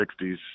60s